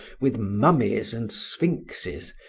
with mummies and sphynxes,